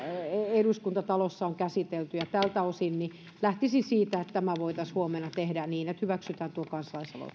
eduskuntatalossa on käsitelty ja tältä osin lähtisin siitä että tämä voitaisiin huomenna tehdä niin että hyväksytään tuo kansalaisaloite